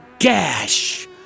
Gash